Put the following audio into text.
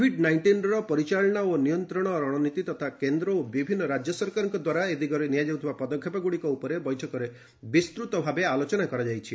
Covid ନାଇଷ୍ଟିନ୍ର ପରିଚାଳନା ଓ ନିୟନ୍ତ୍ରଣ ରଣନୀତି ତଥା କେନ୍ଦ୍ର ଓ ବିଭିନ୍ନ ରାଜ୍ୟ ସରକାରଙ୍କଦ୍ୱାରା ଏ ଦିଗରେ ନିଆଯାଉଥିବା ପଦକ୍ଷେପଗୁଡ଼ିକ ଉପରେ ବୈଠକରେ ବିସ୍ତୁତ ଆଲୋଚନା କରାଯାଇଛି